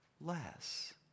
less